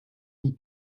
dis